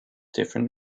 different